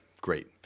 Great